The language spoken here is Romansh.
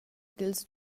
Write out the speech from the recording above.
dils